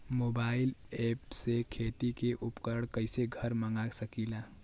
Mobile ऐपसे खेती के उपकरण कइसे घर मगा सकीला?